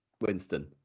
Winston